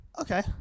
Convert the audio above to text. Okay